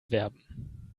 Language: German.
werben